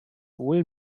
wohl